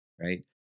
right